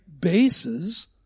bases